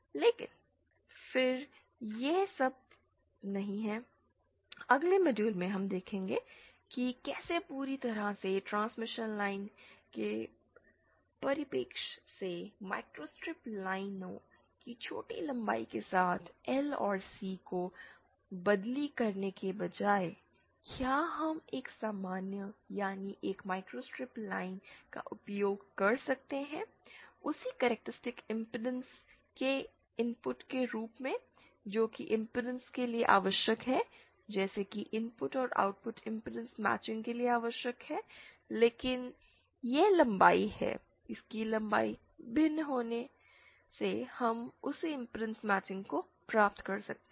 लेकिन फिर यह सब नहीं है अगले मॉड्यूल में हम देखेंगे कि कैसे पूरी तरह से ट्रांसमिशन लाइन के परिप्रेक्ष्य से माइक्रोस्ट्रिप लाइनों की छोटी लंबाई के साथ L और C को बदली करने के बजाय क्या हम एक सामान्य यानी एक माइक्रोस्ट्रिप लाइन का उपयोग कर सकते हैं उसी कैरेक्टरिस्टिक इंपेडेंस के इनपुट के रूप में जोकि इंपेडेंस के लिए आवश्यक है जैसा कि इनपुट और आउटपुट इंपेडेंस मैचिंग के लिए आवश्यक है लेकिन यह लंबाई है इसकी लंबाई भिन्न होने से हम उसी इंपेडेंस मैचिंग को प्राप्त कर सकते हैं